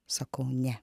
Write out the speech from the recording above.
sakau ne